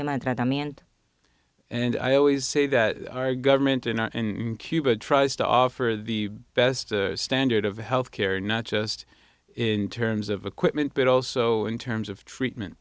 them and and i always say that our government in cuba tries to offer the best standard of health care not just in terms of equipment but also in terms of treatment